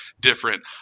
different